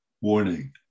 warning